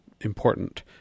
important